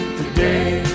today